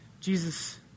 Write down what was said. Jesus